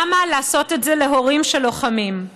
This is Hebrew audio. למה לעשות את זה להורים של לוחמים?